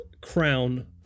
crown